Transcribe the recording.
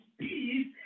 peace